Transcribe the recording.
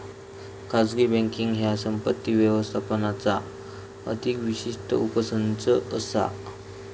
खाजगी बँकींग ह्या संपत्ती व्यवस्थापनाचा अधिक विशिष्ट उपसंच असा